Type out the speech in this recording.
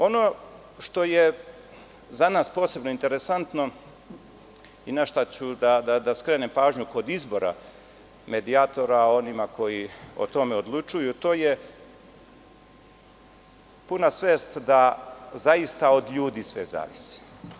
Ono što je za nas posebno interesantno i na šta ću skrenuti pažnju kod izbora medijatora onima koji o tome odlučuju, a to je puna svest da zaista od ljudi sve zavisi.